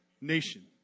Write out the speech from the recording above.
nation